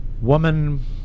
Woman